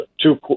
two